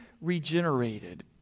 regenerated